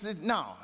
no